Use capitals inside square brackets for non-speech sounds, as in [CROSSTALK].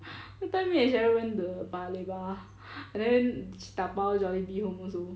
[BREATH] that time me and cheryl went to the paya lebar and then she 打包 Jollibee home also